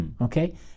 Okay